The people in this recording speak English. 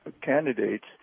candidates